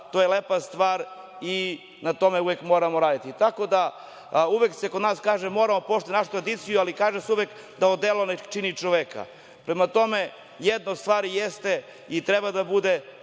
to je lepa stvar i na tome uvek moramo raditi. Tako da, uvek se kod nas kaže moramo poštovati našu tradiciju, ali kaže se uvek da odelo ne čini čoveka. Prema tome jedna stvar jeste i treba da bude,